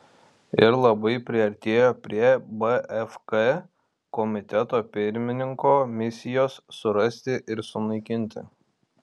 ir labai priartėjo prie bfk komiteto pirmininko misijos surasti ir sunaikinti